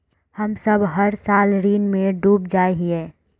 हम सब हर साल ऋण में डूब जाए हीये?